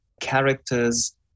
characters